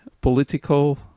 political